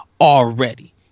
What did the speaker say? already